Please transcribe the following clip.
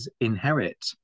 inherit